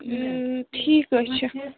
ٹھیٖک حظ چھُ